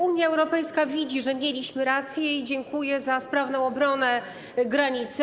Unia Europejska widzi, że mieliśmy rację, i dziękuje za sprawną obronę granicy.